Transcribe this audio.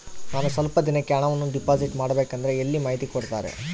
ನಾನು ಸ್ವಲ್ಪ ದಿನಕ್ಕೆ ಹಣವನ್ನು ಡಿಪಾಸಿಟ್ ಮಾಡಬೇಕಂದ್ರೆ ಎಲ್ಲಿ ಮಾಹಿತಿ ಕೊಡ್ತಾರೆ?